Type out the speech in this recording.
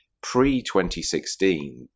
Pre-2016